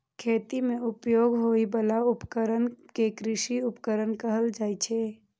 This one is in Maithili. खेती मे उपयोग होइ बला उपकरण कें कृषि उपकरण कहल जाइ छै